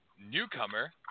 newcomer